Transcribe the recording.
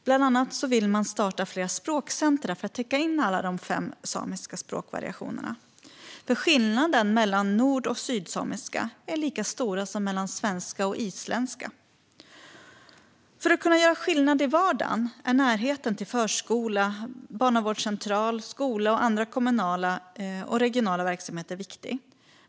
Bland annat vill man starta fler språkcentrum för att täcka in alla de fem samiska språkvariationerna, för skillnaderna mellan nord och sydsamiska är lika stora som mellan svenska och isländska. För att kunna göra skillnad i vardagen är närhet till förskola, barnavårdscentral, skola och andra kommunala och regionala verksamheter viktig.